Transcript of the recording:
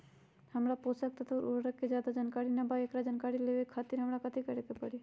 हमरा पोषक तत्व और उर्वरक के ज्यादा जानकारी ना बा एकरा जानकारी लेवे के खातिर हमरा कथी करे के पड़ी?